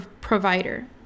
provider